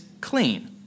clean